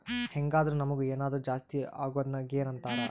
ಹೆಂಗಾದ್ರು ನಮುಗ್ ಏನಾದರು ಜಾಸ್ತಿ ಅಗೊದ್ನ ಗೇನ್ ಅಂತಾರ